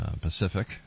Pacific